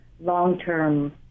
long-term